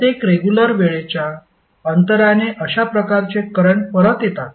प्रत्येक रेगुलर वेळेच्या अंतराने अशा प्रकारचे करंट परत येतात